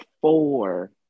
four